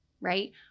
right